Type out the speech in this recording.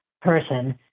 Person